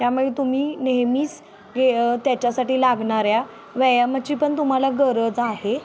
त्यामुळे तुम्ही नेहमीच गे त्याच्यासाठी लागणाऱ्या व्यायामाची पण तुम्हाला गरज आहे